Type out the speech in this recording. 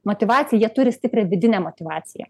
motyvaciją jie turi stiprią vidinę motyvaciją